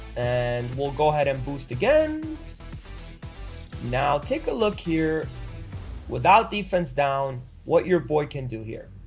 and we'll go ahead and boost again now take a look here without defense down what your boy can do here